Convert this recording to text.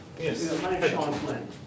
Yes